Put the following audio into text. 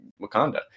Wakanda